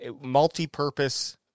multi-purpose